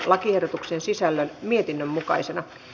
lakiehdotuksen sisällön mietinnön mukaisena